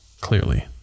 Clearly